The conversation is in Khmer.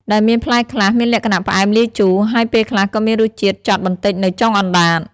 ដែលមានផ្លែខ្លះ មានលក្ខណៈផ្អែមលាយជូរ ហើយពេលខ្លះក៏មានរសជាតិចត់បន្តិចនៅចុងអណ្តាត ។